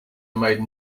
maiden